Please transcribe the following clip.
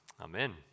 Amen